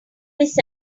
miss